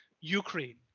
Ukraine